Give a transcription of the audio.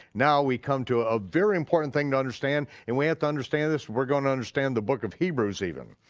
now we come to a very important thing to understand, and we have to understand this, we're gonna understand the book of hebrews even.